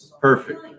perfect